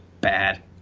bad